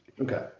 okay